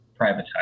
privatized